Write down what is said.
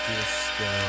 Disco